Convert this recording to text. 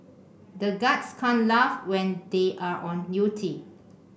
the guards can't laugh when they are on duty